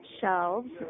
shelves